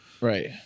Right